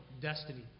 destiny